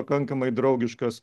pakankamai draugiškas